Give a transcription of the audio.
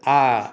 आ